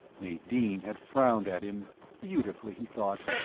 nadine had frowned at him beautifully, he thought.